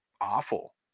awful